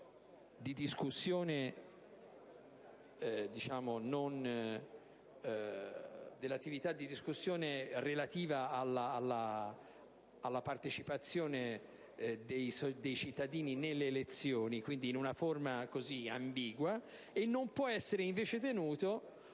di discussione relativa alla partecipazione dei cittadini alle elezioni, quindi in una forma ambigua, mentre non può essere invece tenuto,